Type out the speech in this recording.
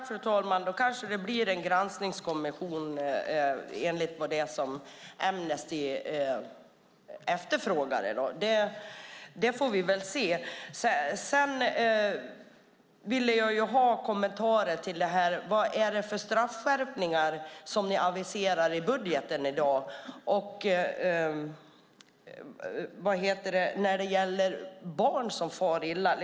Fru talman! Då kanske det blir en granskningskommission, enligt vad Amnesty efterfrågade. Det får vi väl se. Sedan ville jag ju ha kommentarer till vad det är för straffskärpningar som ni aviserar i budgeten i dag. Och sedan gällde det barn som far illa.